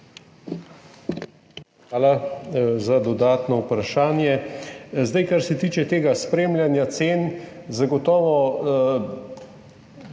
Hvala za dodatno vprašanje. Kar se tiče tega spremljanja cen, bi zagotovo